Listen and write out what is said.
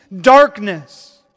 darkness